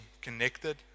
connected